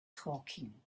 talking